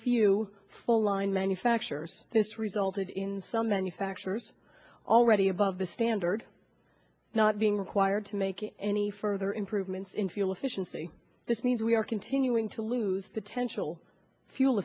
few full line manufacturers this resulted in some manufacturers already above the standard not being required to make any further improvements in fuel efficiency this means we are continuing to lose potential fuel